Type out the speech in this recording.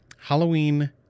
Halloween